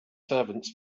servants